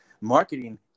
Marketing